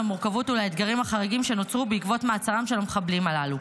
למורכבות ולאתגרים החריגים שנוצרו בעקבות מעצרם של המחבלים הללו.